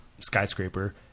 skyscraper